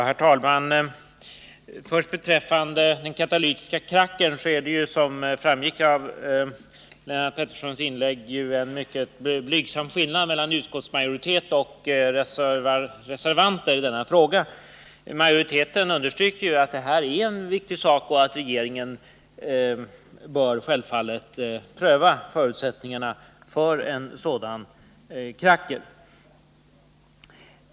Herr talman! Såsom framgick av Lennart Pettersson inlägg råder det beträffande den katalytiska krackern en mycket blygsam skillnad mellan utskottsmajoriteten och reservanterna. Majoriteten tycker att detta är en viktig sak och att regeringen självfallet bör pröva förutsättningarna för en sådan kracker.